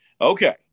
Okay